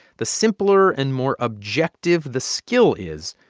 the simpler and more objective the skill is,